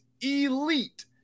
elite